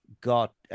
got